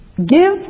Give